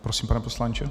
Prosím, pane poslanče.